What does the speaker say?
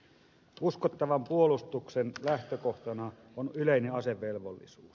uskottavan puolustuksen lähtökohtana on yleinen asevelvollisuus